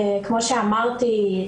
כמו שאמרתי,